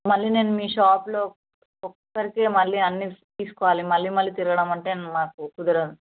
మళ్ళీ నేను మీ షాప్లో ఒక్స్రికి మళ్ళీ అన్నీ తీసుకోవాలి మళ్ళీ మళ్ళీ తిరగడం అంటే నాకు కుదరదు